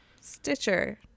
Stitcher